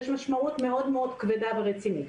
ויש משמעות מאוד מאוד כבדה ורצינית.